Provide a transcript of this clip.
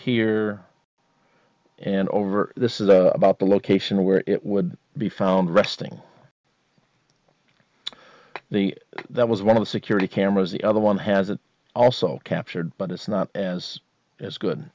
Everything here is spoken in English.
here and over this is a about the location where it would be found resting the that was one of the security cameras the other one has also captured but it's not as as good